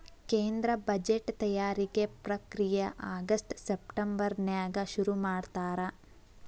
ಕೇಂದ್ರ ಬಜೆಟ್ ತಯಾರಿಕೆ ಪ್ರಕ್ರಿಯೆ ಆಗಸ್ಟ್ ಸೆಪ್ಟೆಂಬರ್ನ್ಯಾಗ ಶುರುಮಾಡ್ತಾರ